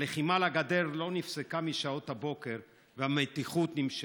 הלחימה על הגדר לא נפסקה משעות הבוקר והמתיחות נמשכת.